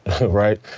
right